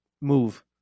move